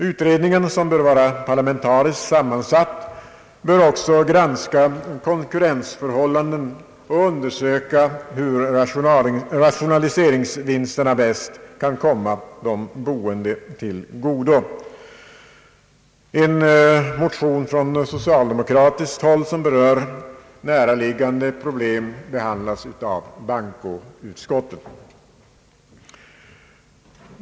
Utredningen, som bör vara parlamentariskt sammansatt, skulle också granska konkurrensförhållanden och undersöka hur rationaliseringsvinsterna bäst kan komma de boende till godo. En motion från socialdemokratiskt håll som berör näraliggande problem behandlas av bankoutskottet.